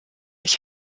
ich